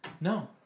No